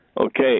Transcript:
Okay